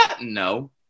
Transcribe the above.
No